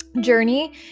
journey